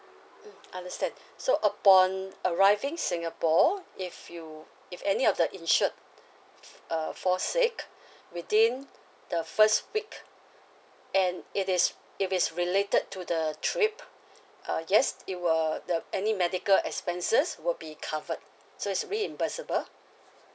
mm understand so upon arriving singapore if you if any of the insured uh fall sick within the first week and it is if it's related to the trip uh yes it will the any medical expenses will be covered so it's reimbursable